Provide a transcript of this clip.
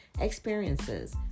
experiences